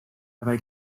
dabei